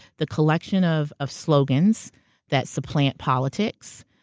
the collection of of slogans that supplant politics,